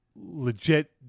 legit